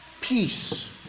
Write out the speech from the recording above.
peace